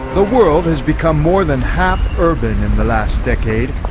the world has become more than half urban in the last decade.